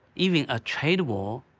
even a trade war,